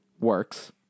works